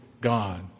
God